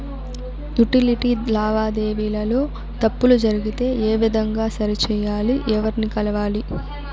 Utility లావాదేవీల లో తప్పులు జరిగితే ఏ విధంగా సరిచెయ్యాలి? ఎవర్ని కలవాలి?